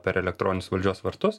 per elektroninius valdžios vartus